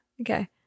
Okay